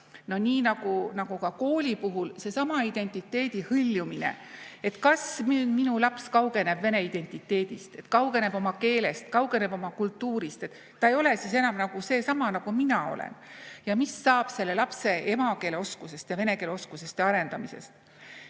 No nii nagu ka kooli puhul: seesama identiteedi hõljumine, et kas minu laps kaugeneb vene identiteedist, kaugeneb oma keelest, kaugeneb oma kultuurist, et ta ei ole siis enam nagu sama, nagu mina olen, ja mis saab selle lapse emakeeleoskusest ja vene keele oskusest ja arendamisest.